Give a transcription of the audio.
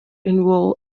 involve